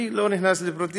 אני לא נכנס לפרטים.